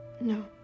No